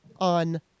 on